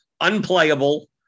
unplayable